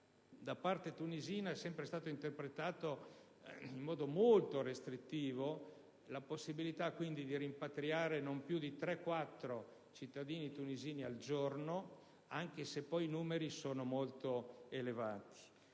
da parte tunisina è sempre stato interpretato in modo molto restrittivo, prevede la possibilità di rimpatriare non più di 3-4 cittadini al giorno, anche se i numeri sono molto più elevati.